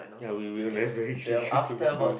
ya we will manage the H three three cubicle